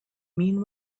mean